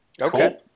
Okay